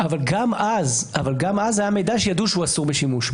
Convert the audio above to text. אבל גם אז היה מידע שידעו שהוא אסור בשימוש,